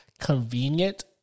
convenient